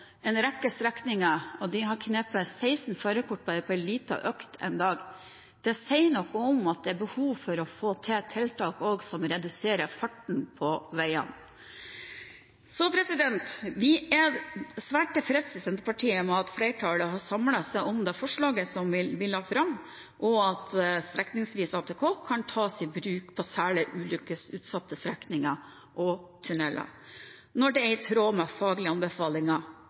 en rekke strekninger, og de hadde knepet 16 førerkort på bare en liten økt en dag. Det sier noe om at det er behov for tiltak som reduserer farten på veiene. Senterpartiet er svært tilfreds med at flertallet har samlet seg om det forslaget som vi la fram, og at strekningsvis ATK kan tas i bruk på særlig ulykkesutsatte strekninger og i tunneler når det er i tråd med faglige anbefalinger